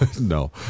No